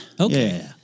Okay